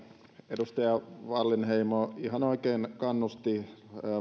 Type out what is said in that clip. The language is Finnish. edustaja wallinheimo ihan oikein kannusti